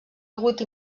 agut